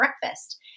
breakfast